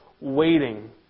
waiting